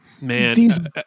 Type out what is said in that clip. Man